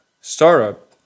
startup